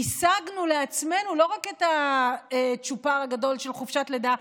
השגנו לעצמנו לא רק את הצ'ופר הגדול של חופשת לידה,